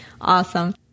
Awesome